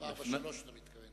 443, אתה מתכוון.